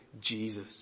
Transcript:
Jesus